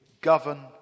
govern